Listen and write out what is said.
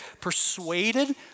persuaded